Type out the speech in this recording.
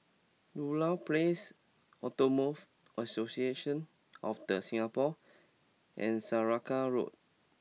Ludlow Place Automobile Association of The Singapore and Saraca Road